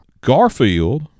Garfield